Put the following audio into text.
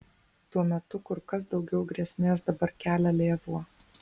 tuo metu kur kas daugiau grėsmės dabar kelia lėvuo